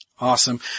Awesome